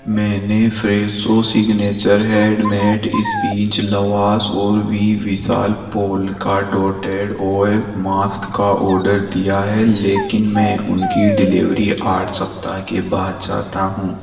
मैंने Fresho signature handmade spinach lavash और वि विशाल polka dotted O A mask का ऑर्डर दिया है लेकिन मैं उनकी डिलेवरी आठ सप्ताह के बाद चाहता हूँ